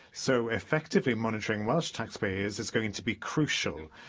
so, effectively monitoring welsh taxpayers is going to be crucial,